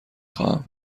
خواهم